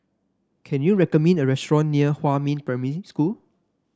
can you recommend me a restaurant near Huamin Primary School